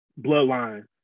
bloodline